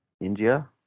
India